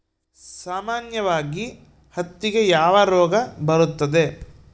ಸಾಮಾನ್ಯವಾಗಿ ಹತ್ತಿಗೆ ಯಾವ ರೋಗ ಬರುತ್ತದೆ?